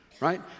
Right